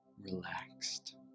relaxed